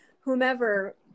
whomever